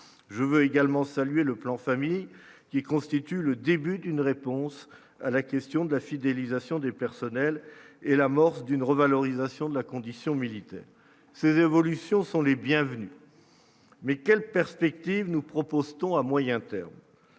je veux également saluer le plan famille qui constitue le début d'une réponse à la question de la fidélisation du personnel et l'amorce d'une revalorisation de la condition militaire, ces évolutions sont les bienvenus mais quelles perspectives nous propose-t-on à moyen terme,